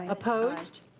opposed?